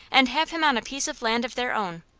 and have him on a piece of land of their own.